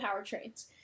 powertrains